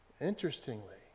Interestingly